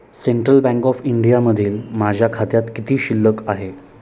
central bank of इंडियामधील माझ्या खात्यात किती शिल्लक आहे